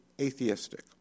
atheistic